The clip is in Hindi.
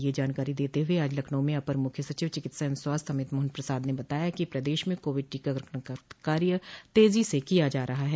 यह जानकारी देते हुए आज लखनऊ में अपर मुख्य सचिव चिकित्सा एवं स्वास्थ्य अमित मोहन प्रसाद ने बताया कि प्रदेश में कोविड टीकाकरण का कार्य तेजी से किया जा रहा है